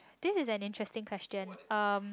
this is an interesting question um